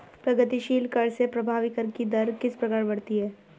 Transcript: प्रगतिशील कर से प्रभावी कर की दर किस प्रकार बढ़ती है?